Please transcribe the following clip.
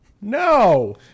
No